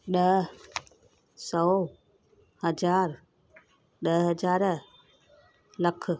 ॾह सौ हज़ार ॾह हज़ार लखु